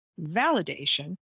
validation